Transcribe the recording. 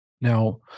Now